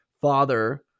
father